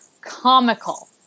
comical